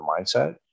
mindset